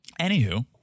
anywho